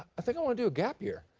i think i want to do a gap year.